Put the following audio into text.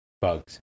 Bugs